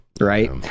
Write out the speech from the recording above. right